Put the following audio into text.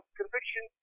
conviction